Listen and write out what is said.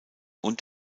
und